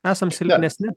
esam silpnesni